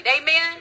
Amen